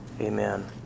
Amen